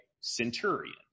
centurion